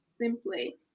simply